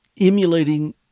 Emulating